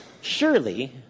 surely